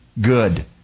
good